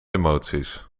emoties